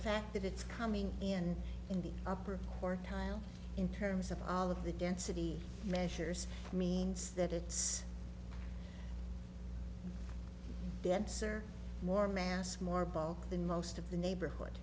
fact that it's coming in in the upper or tile in terms of all of the density measures to me is that it's denser more mass more bulk than most of the neighborhood